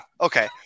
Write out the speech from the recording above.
okay